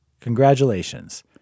Congratulations